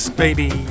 baby